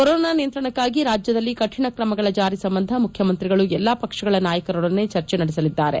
corona ನಿಯಂತ್ರಣಕ್ಕಾಗಿ ರಾಜ್ಯದಲ್ಲಿ ಕಠಿಣ ಕ್ರಮಗಳ ಜಾರಿ ಸಂಬಂಧ ಮುಖ್ಯಮಂತ್ರಿಗಳು ಎಲ್ಲಾ ಪಕ್ಷಗಳ ನಾಯಕರೊಡನೆ ಚರ್ಚೆ ನಡೆಸಲಿದ್ದಾರೆ